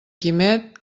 quimet